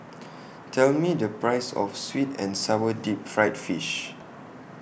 Tell Me The Price of Sweet and Sour Deep Fried Fish